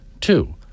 Two